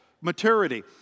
maturity